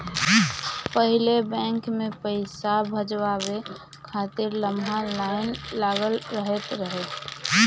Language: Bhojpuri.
पहिले बैंक में पईसा भजावे खातिर लमहर लाइन लागल रहत रहे